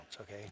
Okay